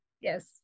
Yes